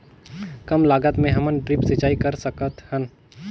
कम लागत मे हमन ड्रिप सिंचाई कर सकत हन?